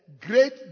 great